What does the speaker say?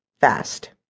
fast